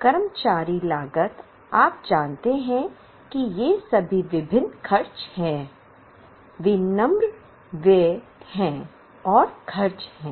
कर्मचारी लागत आप जानते हैं कि ये सभी विभिन्न खर्च हैं विनिर्माण व्यय एक और खर्च है